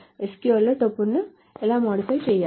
SQL లో టపుల్స్ని ఎలా మోడిఫై చేయాలి